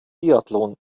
biathlon